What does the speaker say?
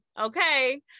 okay